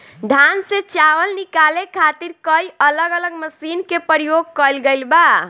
धान से चावल निकाले खातिर कई अलग अलग मशीन के प्रयोग कईल गईल बा